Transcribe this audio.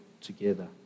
together